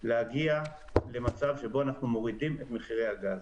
להגיע למצב שאנחנו מורידים את מחירי הגז.